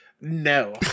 No